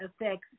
affects